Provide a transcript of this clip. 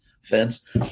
fence